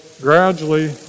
gradually